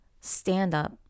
stand-up